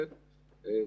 הלקחים.